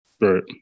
Right